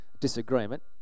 disagreement